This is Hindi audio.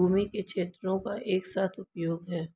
भूमि के क्षेत्रों का एक साथ उपयोग है